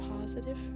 positive